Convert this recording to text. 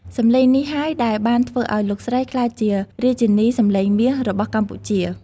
សំឡេងនេះហើយដែលបានធ្វើឲ្យលោកស្រីក្លាយជា រាជិនីសំឡេងមាស របស់កម្ពុជា។